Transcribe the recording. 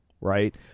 right